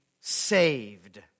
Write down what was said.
saved